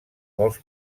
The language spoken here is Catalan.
molts